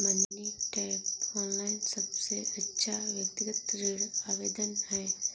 money tap, online सबसे अच्छा व्यक्तिगत ऋण आवेदन है